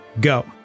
go